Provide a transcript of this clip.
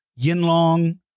Yinlong